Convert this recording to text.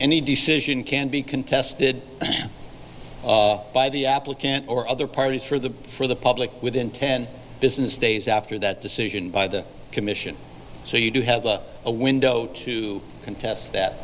any decision can be contested by the applicant or other parties for the for the public within ten business days after that decision by the commission so you do have a window to contest that